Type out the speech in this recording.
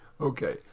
okay